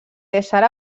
ésser